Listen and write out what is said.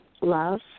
love